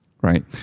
right